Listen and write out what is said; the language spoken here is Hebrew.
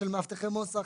של מאבטחי מוס"ח.